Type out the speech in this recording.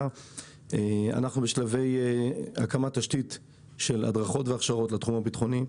אנחנו בשלבי הקמת תשתית של הדרכות והכשרות לתחום הביטחוני,